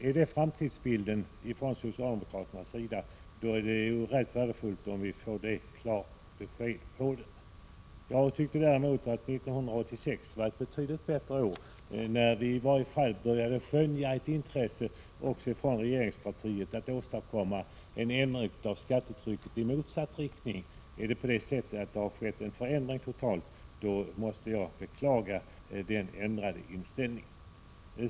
Är det socialdemokraternas framtidsbild? I så fall är det värdefullt att få ett klart besked om det. Jag tycker däremot att 1986 var ett betydligt bättre år. Då började vi att i varje fall skönja ett intresse även från regeringspartiet för att åstadkomma en inriktning av skattetrycket åt motsatt håll. Har det skett en total förändring, måste jag beklaga denna ändrade inställning.